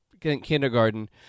kindergarten